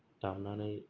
दामनानै